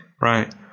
right